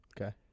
Okay